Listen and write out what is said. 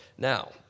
Now